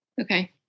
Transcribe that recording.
Okay